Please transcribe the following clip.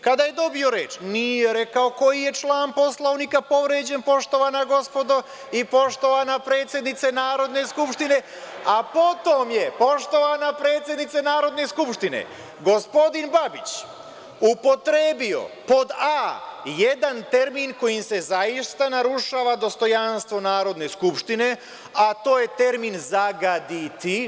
Kada je dobio reč, nije rekao koji je član Poslovnika povređen, poštovana gospodo i poštovana predsednice Narodne skupštine, a potom je gospodin Babić upotrebio, pod a, jedan termin kojim se zaista narušava dostojanstvo Narodne skupštine, a to je termin zagaditi.